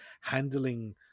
handling